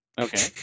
Okay